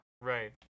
Right